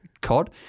COD